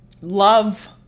love